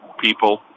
people